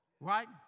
right